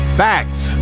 facts